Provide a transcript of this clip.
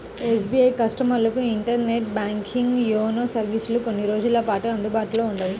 SBI కస్టమర్లకు internet banking, YONO సర్వీసులు కొన్ని రోజుల పాటు అందుబాటులో ఉండవు